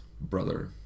brother